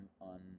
on